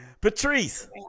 patrice